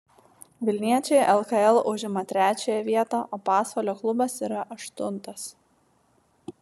vilniečiai lkl užima trečiąją vietą o pasvalio klubas yra aštuntas